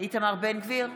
איתמר בן גביר,